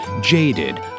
Jaded